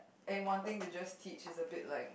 and wanting to just teach is a bit like